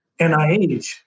NIH